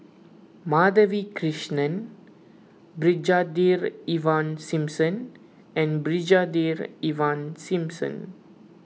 Madhavi Krishnan Brigadier Ivan Simson and Brigadier Ivan Simson